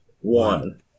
One